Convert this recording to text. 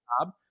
job